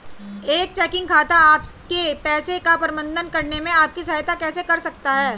एक चेकिंग खाता आपके पैसे का प्रबंधन करने में आपकी सहायता कैसे कर सकता है?